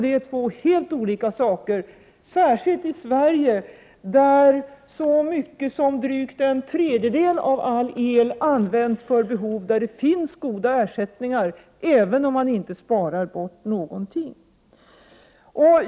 Det är två helt olika saker, särskilt i Sverige, där så mycket som drygt en tredjedel av all el används för behov där det finns goda ersättningar, även om man inte sparar på någonting.